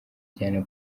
cyane